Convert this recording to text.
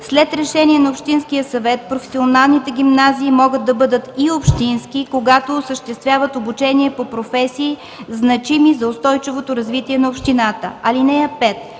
след решение на общинския съвет професионалните гимназии могат да бъдат и общински, когато осъществяват обучение по професии, значими за устойчивото развитие на общината. (5)